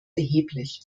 erheblich